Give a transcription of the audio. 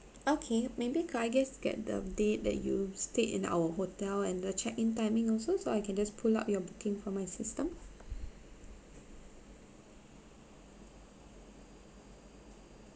okay maybe can I just get the date that you stayed in our hotel and the check-in timing also so I can just pull up your booking from my system